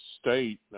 state